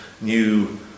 new